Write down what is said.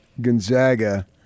Gonzaga